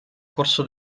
corso